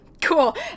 Cool